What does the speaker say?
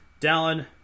Dallin